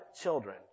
children